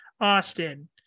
Austin